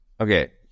Okay